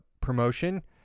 promotion